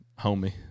homie